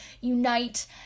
unite